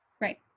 Right